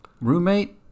Roommate